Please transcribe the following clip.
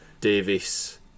Davis